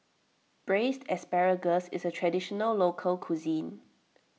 Braised Asparagus is a Traditional Local Cuisine